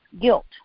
guilt